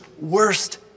worst